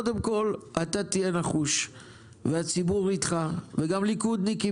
קודם כל אתה תהיה נחוש והציבור איתך וגם ליכודניקים